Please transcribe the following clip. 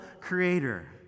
creator